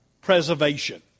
preservation